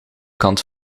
kant